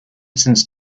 since